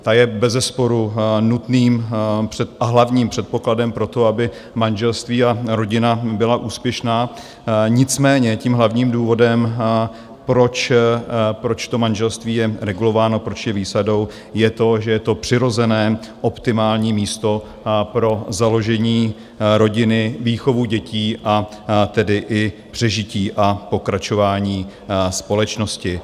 Ta je bezesporu nutným a hlavním předpokladem pro to, aby manželství a rodina byla úspěšná, nicméně tím hlavním důvodem, proč to manželství je regulováno, proč je výsadou, je to, že je to přirozené, optimální místo pro založení rodiny, výchovu dětí, a tedy i přežití a pokračování společnosti.